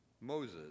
Moses